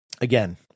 Again